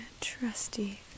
trusty